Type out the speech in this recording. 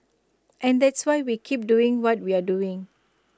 and that's why we keep doing what we're doing